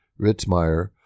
Ritzmeyer